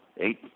eight